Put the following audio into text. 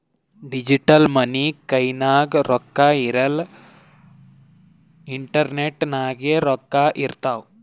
digital money ಕೈನಾಗ್ ರೊಕ್ಕಾ ಇರಲ್ಲ ಇಂಟರ್ನೆಟ್ ನಾಗೆ ರೊಕ್ಕಾ ಇರ್ತಾವ್